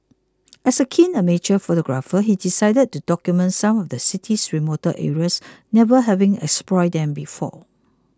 as a keen amateur photographer he decided to document some of the city's remoter areas never having explored them before